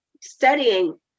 studying